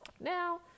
Now